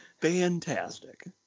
Fantastic